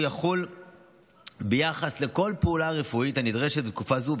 והוא יחול ביחס לכל פעולה רפואית הנדרשת בתקופה זו,